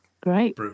Great